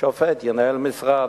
שופט ינהל משרד.